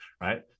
Right